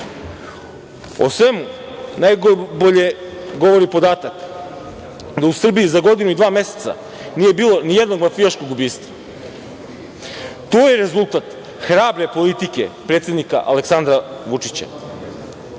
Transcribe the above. svemu najbolje govori podatak da u Srbiji za godinu i dva meseca nije bilo ni jednog mafijaškog ubistva. To je rezultat hrabre politike predsednika Vučića.